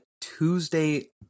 Tuesday